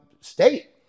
state